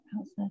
outside